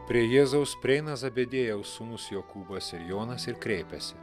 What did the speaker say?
prie jėzaus prieina zebediejaus sūnus jokūbas ir jonas ir kreipiasi